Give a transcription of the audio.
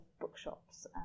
bookshops